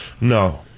No